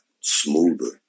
smoother